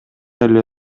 эле